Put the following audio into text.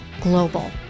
Global